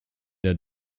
der